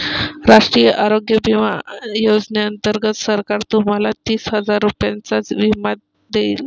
राष्ट्रीय आरोग्य विमा योजनेअंतर्गत सरकार तुम्हाला तीस हजार रुपयांचा विमा देईल